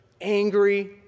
angry